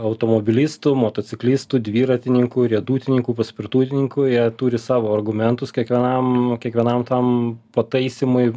automobilistų motociklistų dviratininkų riedutininkų paspirtutininkų jie turi savo argumentus kiekvienam kiekvienam tam pataisymui